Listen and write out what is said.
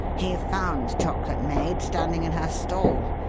he found chocolate maid standing in her stall,